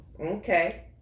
Okay